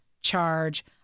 charge